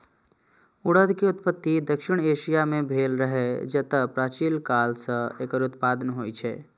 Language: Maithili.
उड़द के उत्पत्ति दक्षिण एशिया मे भेल रहै, जतय प्राचीन काल सं एकर उत्पादन होइ छै